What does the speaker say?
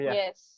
yes